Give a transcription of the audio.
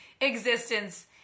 existence